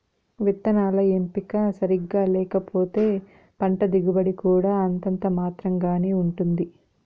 విత్తనాల ఎంపిక సరిగ్గా లేకపోతే పంట దిగుబడి కూడా అంతంత మాత్రం గానే ఉంటుంది